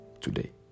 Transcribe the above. today